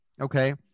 Okay